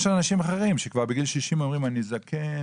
יש אנשים אחרים שכבר בגיל 60 אומרים: אני זקן,